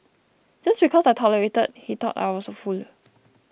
just because I tolerated he thought I was a fool